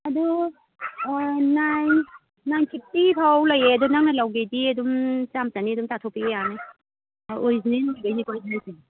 ꯑꯗꯨ nine nine fifty four ꯂꯩꯌꯦ ꯑꯗꯣ ꯅꯪꯅ ꯂꯧꯒꯦꯗꯤ ꯑꯗꯨꯝ ꯆꯥꯝꯃ ꯆꯥꯅꯤ ꯑꯗꯨꯝ ꯇꯥꯊꯣꯛꯄꯤꯒꯦ ꯌꯥꯅꯤ ꯑꯣꯔꯤꯖꯤꯅꯦꯜ ꯑꯣꯏꯕꯩꯅꯤꯀꯣ ꯑꯩ ꯗ꯭ꯔꯦꯁꯁꯦ